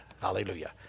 Hallelujah